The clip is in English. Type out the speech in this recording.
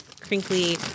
crinkly